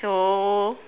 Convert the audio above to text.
so